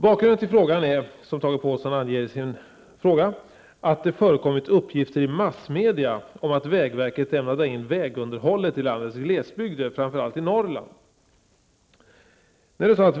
Bakgrunden till frågan är, som Tage Påhlsson anger i sin fråga, att det förekommit uppgifter i massmedia om att vägverket ämnar dra in på vägunderhållet i landets glesbygder, framför allt